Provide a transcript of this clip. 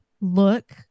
look